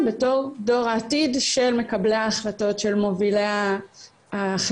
בתור דור העתיד של מקבלי ההחלטות של מובילי החברה.